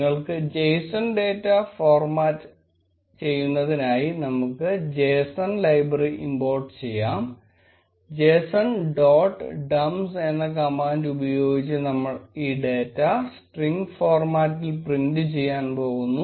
നിങ്ങൾക്ക് Json data format ചെയ്യുന്നതിനായി നമുക്ക് json ലൈബ്രറി ഇമ്പോര്ട ചെയ്യാം json dot dumps എന്ന കമാൻഡ് ഉപയോഗിച്ച് നമ്മൾ ഈ ഡാറ്റ സ്ട്രിംഗ് ഫോർമാറ്റിൽ പ്രിന്റ് ചെയ്യാൻ പോകുന്നു